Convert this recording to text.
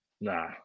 nah